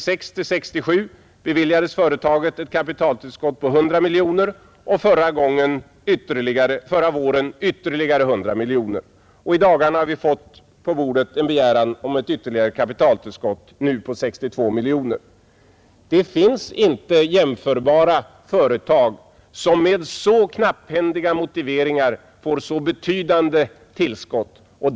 För 1966/67 beviljades NJA ett kapitaltillskott på 100 miljoner kronor och förra våren ytterligare 100 miljoner. I dagarna har vi fått på bordet en begäran om ett nytt kapitaltillskott, nu på 62 miljoner. Det finns inte jämförbara enskilda företag som med så knapphändiga motiveringar får så betydande tillskott.